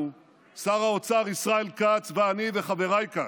אנחנו, שר האוצר ישראל כץ ואני וחבריי כאן,